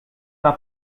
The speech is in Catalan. del